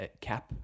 cap